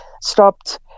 stopped